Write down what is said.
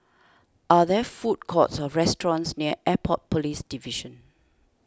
are there food courts or restaurants near Airport Police Division